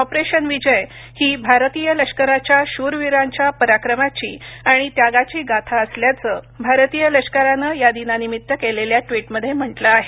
operation Vijay ही भारतीय लष्कराच्या शूर वीरांच्या पराक्रमाची आणि त्यागाची गाथा असल्याचं भारतीय लष्करानं या दिनानिमित्त केलेल्या ट्विटमध्ये म्हटलं आहे